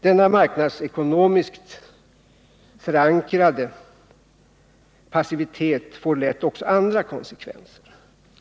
Denna marknadsekonomiskt förankrade passivitet får lätt också andra konsekvenser.